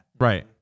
Right